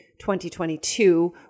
2022